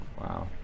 Wow